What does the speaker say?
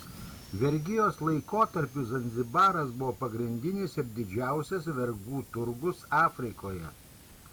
vergijos laikotarpiu zanzibaras buvo pagrindinis ir didžiausias vergų turgus afrikoje